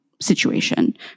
situation